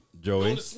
Joey